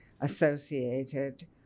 associated